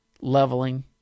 leveling